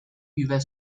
über